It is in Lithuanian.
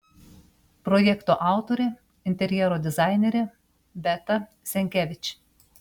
projekto autorė interjero dizainerė beata senkevič